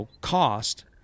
cost